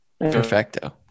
Perfecto